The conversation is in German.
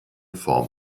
form